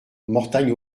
mortagne